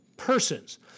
persons